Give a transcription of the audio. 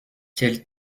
quel